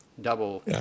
double